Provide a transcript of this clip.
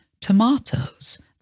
tomatoes